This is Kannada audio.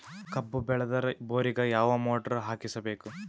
ಕಬ್ಬು ಬೇಳದರ್ ಬೋರಿಗ ಯಾವ ಮೋಟ್ರ ಹಾಕಿಸಬೇಕು?